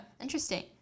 Interesting